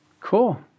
Cool